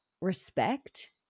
respect